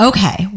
Okay